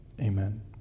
Amen